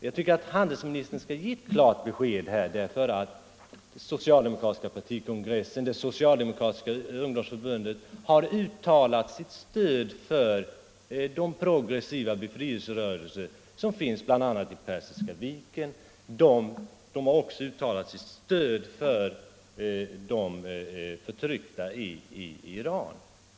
Jag tycker att handelsministern skall ge ett klart besked, ty den socialdemokratiska partikongressen och det socialdemokratiska ungdomsförbundet har uttalat sitt stöd för de progressiva befrielserörelser som bl.a. finns vid Persiska viken. De har också uttalat sitt stöd för de förtryckta i Iran.